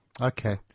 Okay